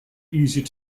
easier